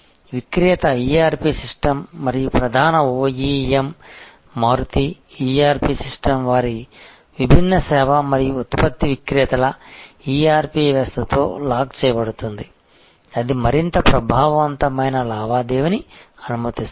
విక్రేత ERP system మరియు ప్రధాన OEM మారుతి ERP సిస్టమ్ వారి విభిన్న సేవ మరియు ఉత్పత్తి విక్రేతల ERP వ్యవస్థతో లాక్ చేయబడుతుంది అది మరింత ప్రభావవంతమైన లావాదేవీని అనుమతిస్తుంది